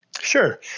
Sure